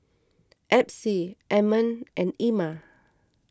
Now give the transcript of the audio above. Epsie Ammon and Ima